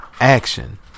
action